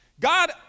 God